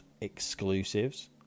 exclusives